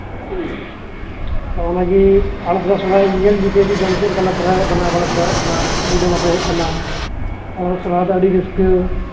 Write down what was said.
ᱚᱱᱟ ᱜᱮ ᱟᱞᱮ ᱥᱮᱱᱟᱜ ᱥᱚᱨᱦᱟᱭ ᱧᱮᱞ ᱤᱫᱤ ᱯᱮ ᱢᱤᱫ ᱫᱚᱢ ᱪᱮᱫᱞᱮᱠᱟᱞᱮ ᱥᱚᱨᱦᱟᱭᱚᱜ ᱠᱟᱱᱟ ᱵᱟᱞᱮ ᱥᱚᱨᱦᱟᱭᱚᱜ ᱠᱟᱱᱟ ᱢᱤᱫ ᱫᱚᱢ ᱦᱚᱸ ᱵᱟᱯᱮ ᱦᱮᱡ ᱟᱠᱟᱱᱟ ᱟᱞᱮᱭᱟᱜ ᱥᱚᱨᱦᱟᱭ ᱫᱚ ᱟᱹᱰᱤ ᱨᱟᱹᱥᱠᱟᱹ